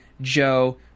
Joe